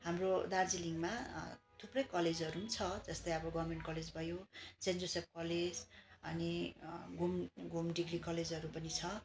हाम्रो दार्जिलिङमा थुप्रै कलेजहरू छ जस्तै अब गभर्मेन्ट कलेज भयो सेन्ट जोसेफ कलेज अनि घुम घुम डिग्री कलेजहरू पनि छ